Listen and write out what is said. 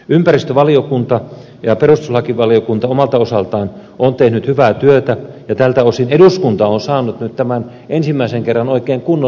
ympäristövaliokunta ja perustuslakivaliokunta omalta osaltaan ovat tehneet hyvää työtä ja tältä osin eduskunta on saanut nyt tämän ensimmäisen kerran oikein kunnolla hyppysiinsä